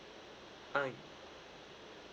ah